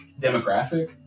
demographic